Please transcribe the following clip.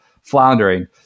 floundering